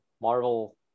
Marvel